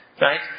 Right